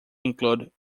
include